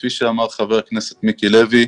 כפי שאמר חבר הכנסת מיקי לוי,